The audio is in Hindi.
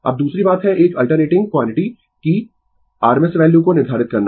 अब दूसरी बात है एक अल्टरनेटिंग क्वांटिटी की RMS वैल्यू को निर्धारित करना